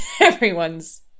everyone's